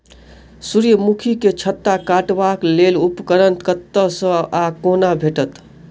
सूर्यमुखी केँ छत्ता काटबाक लेल उपकरण कतह सऽ आ कोना भेटत?